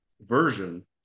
version